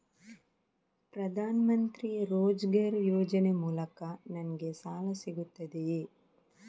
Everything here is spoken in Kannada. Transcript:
ಪ್ರದಾನ್ ಮಂತ್ರಿ ರೋಜ್ಗರ್ ಯೋಜನೆ ಮೂಲಕ ನನ್ಗೆ ಸಾಲ ಸಿಗುತ್ತದೆಯೇ?